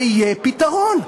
ויהיה פתרון,